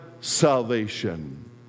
salvation